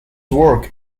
work